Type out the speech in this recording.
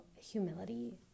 humility